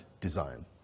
design